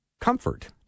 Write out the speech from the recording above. comfort